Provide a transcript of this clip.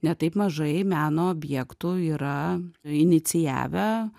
ne taip mažai meno objektų yra inicijavę